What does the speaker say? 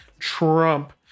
Trump